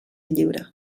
lliure